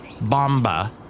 Bomba